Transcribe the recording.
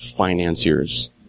financiers